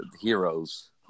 heroes